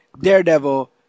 Daredevil